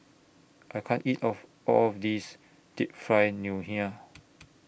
I can't eat of All of This Deep Fried Ngoh Hiang